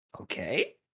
Okay